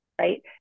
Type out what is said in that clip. right